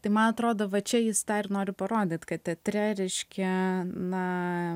tai man atrodo va čia jis tą ir nori parodyt kad teatre reiškia na